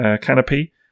canopy